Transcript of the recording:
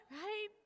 Right